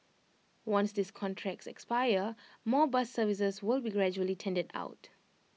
once these contracts expire more bus services will be gradually tendered out